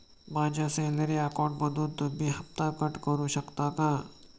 माझ्या सॅलरी अकाउंटमधून तुम्ही हफ्ता कट करू शकता का?